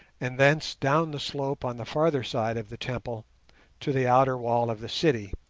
and thence down the slope on the farther side of the temple to the outer wall of the city.